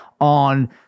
on